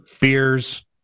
beers